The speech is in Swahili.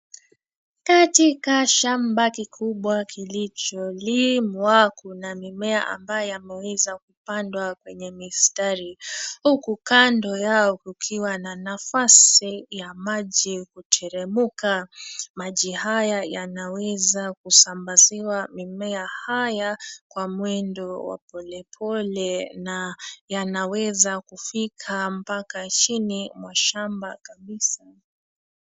Katika shamba kikubwa kilicholimwa, kuna mimea ambayo yameweza kupandwa kwenye mistari huku kando yao kukiwa na nafasi ya maji kuteremka. Maji haya yanaweza kusambaziwa mimea haya kwa mwendo wa polepole na yanaweza kufika mpaka chini mwa shamba kabisa.